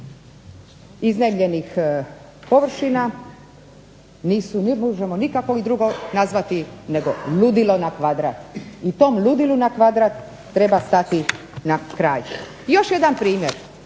iznajmljenih površina nisu ne možemo ih nikako drugo nazvati nego ludilo na kvadrat i tom ludilu na kvadrat treba stati na kraj. Još jedan primjer,